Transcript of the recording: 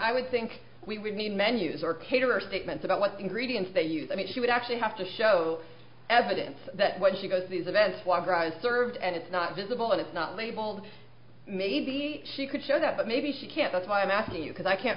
i would think we would need menus are paid for statements about what the ingredients they use i mean she would actually have to show evidence that what she goes these events was served and it's not visible and it's not labeled maybe she could show that but maybe she can't that's why i'm asking you because i can't